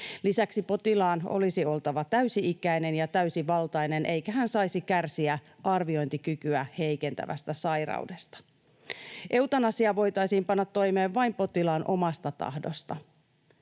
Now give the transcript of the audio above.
Lisäksi potilaan olisi oltava täysi-ikäinen ja täysivaltainen, eikä hän saisi kärsiä arviointikykyä heikentävästä sairaudesta. Eutanasia voitaisiin panna toimeen vain potilaan omasta tahdosta.